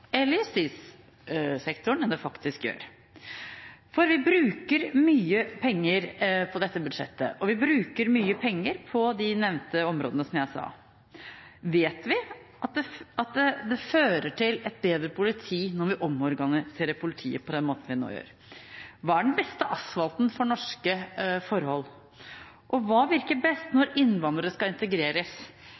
justissektoren enn det som faktisk blir gjort. Vi bruker mye penger på dette budsjettet, og vi bruker mye penger på de nevnte områdene, som jeg sa. Vet vi at det fører til et bedre politi når vi omorganiserer politiet på den måten vi nå gjør? Hva er den beste asfalten for norske forhold? Hva virker best når innvandrere skal integreres?